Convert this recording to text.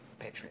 Patreon